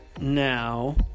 Now